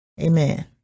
Amen